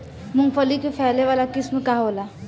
मूँगफली के फैले वाला किस्म का होला?